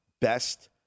best